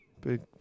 big